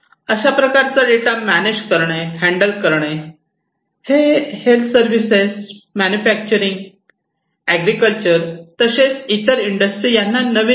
अशा प्रकारचा data manage करणे हँडल करणे हेल्थ सर्विसेस मॅन्युफॅक्चरिंग ऍग्रीकल्चर तसेच इतर इंडस्ट्री यांना नवीन नाही